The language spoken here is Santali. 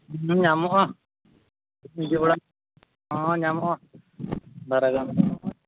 ᱧᱟᱢᱚᱜᱼᱟ ᱱᱤᱡᱮᱨ ᱚᱲᱟᱜ ᱦᱚᱸ ᱧᱟᱢᱚᱜᱼᱟ ᱵᱟᱨᱭᱟ ᱜᱟᱱ